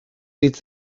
hitz